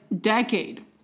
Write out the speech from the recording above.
decade